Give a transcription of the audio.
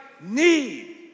need